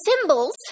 symbols